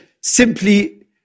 simply